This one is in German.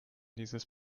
dieses